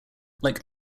like